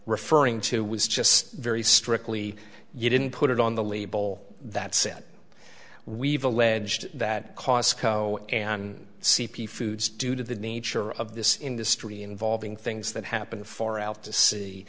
referring to was just very strictly you didn't put it on the label that said we've alleged that costco and c p foods due to the nature of this industry involving things that happen far out to se